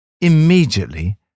Immediately